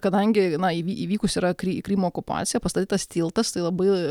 kadangi na įvykus yra krymo okupaciją pastatytas tiltas tai labai